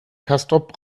castrop